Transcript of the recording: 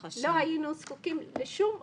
ברוך ה', לא היינו זקוקים לשום --- עכשיו,